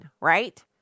right